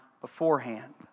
beforehand